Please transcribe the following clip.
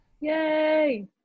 yay